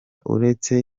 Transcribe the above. uretse